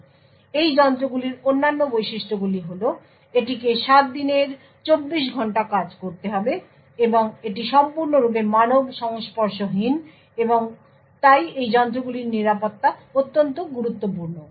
এই যন্ত্রগুলির অন্যান্য বৈশিষ্ট্যগুলি হল এটিকে 7 দিনের 24 ঘন্টা কাজ করতে হবে এবং এটি সম্পূর্ণরূপে মানবসংস্পর্শহীন এবং তাই এই যন্ত্রগুলির নিরাপত্তা অত্যন্ত গুরুত্বপূর্ণ